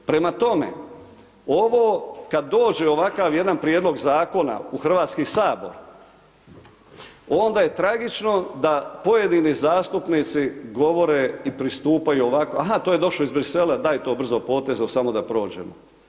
Prema tome, ovo, kad dođe ovakav jedan Prijedlog Zakona u Hrvatski sabor, onda je tragično da pojedini zastupnici govore i pristupaju ovako, a-ha to je došlo iz Bruxelles-a, daj to brzo potezno, samo da prođemo.